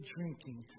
drinking